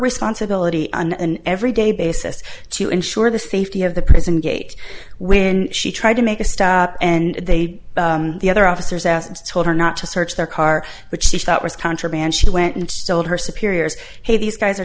responsibility on an every day basis to ensure the safety of the prison gate when she tried to make a stop and they the other officers asked and told her not to search their car which she thought was contraband she went and told her superiors hey these guys are